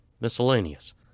miscellaneous